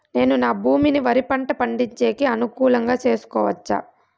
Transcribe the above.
నేను నా భూమిని వరి పంట పండించేకి అనుకూలమా చేసుకోవచ్చా?